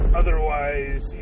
otherwise